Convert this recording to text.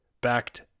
backed